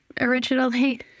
originally